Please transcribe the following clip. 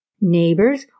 neighbors